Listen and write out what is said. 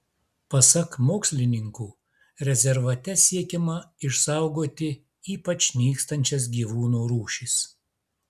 pasak mokslininkų rezervate siekiama išsaugoti ypač nykstančias gyvūnų rūšis